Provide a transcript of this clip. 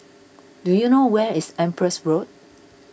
do you know where is Empress Road